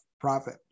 profit